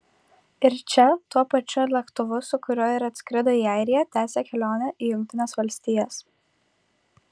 iš čia tuo pačiu lėktuvu su kuriuo ir atskrido į airiją tęsia kelionę į jungtines valstijas